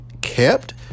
kept